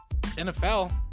NFL